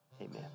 Amen